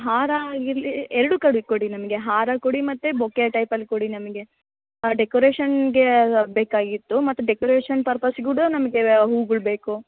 ಹಾರ ಆಗಿರಲಿ ಎರಡು ಕಡೆ ಕೊಡಿ ನಮಗೆ ಹಾರ ಕೊಡಿ ಮತ್ತು ಬೊಕ್ಕೆ ಟೈಪಲ್ಲಿ ಕೊಡಿ ನಮಗೆ ಹಾಂ ಡೆಕೋರೇಷನ್ಗೆ ಬೇಕಾಗಿತ್ತು ಮತ್ತು ಡೆಕೋರೇಷನ್ ಪರ್ಪಸ್ ಕೂಡ ನಮಗೆ ಹೂಗಳು ಬೇಕು